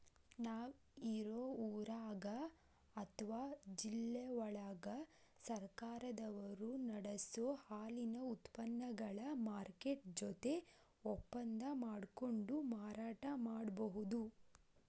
ನಾವ್ ಇರೋ ಊರಾಗ ಅತ್ವಾ ಜಿಲ್ಲೆವಳಗ ಸರ್ಕಾರದವರು ನಡಸೋ ಹಾಲಿನ ಉತ್ಪನಗಳ ಮಾರ್ಕೆಟ್ ಜೊತೆ ಒಪ್ಪಂದಾ ಮಾಡ್ಕೊಂಡು ಮಾರಾಟ ಮಾಡ್ಬಹುದು